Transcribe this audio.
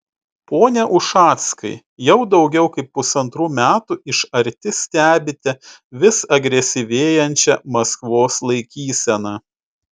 pone ušackai jau daugiau kaip pusantrų metų iš arti stebite vis agresyvėjančią maskvos laikyseną